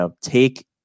Take